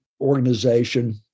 organization